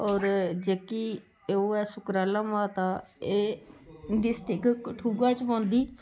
होर जेह्की ओह् ऐ सुकराला माता एह् डिस्टिक कठुआ च पौंदी